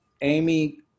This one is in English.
Amy